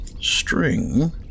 String